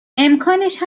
امکانش